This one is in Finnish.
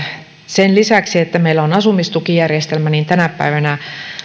sen lisäksi että meillä on asumistukijärjestelmä tänä päivänä myöskin